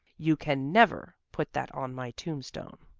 you can never put that on my tombstone.